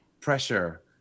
pressure